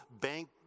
bank